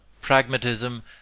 pragmatism